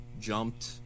jumped